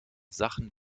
sachen